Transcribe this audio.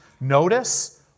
Notice